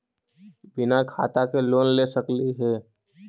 बिना खाता के लोन ले सकली हे?